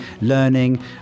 learning